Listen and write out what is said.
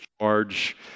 charge